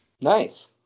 Nice